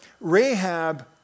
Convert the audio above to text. Rahab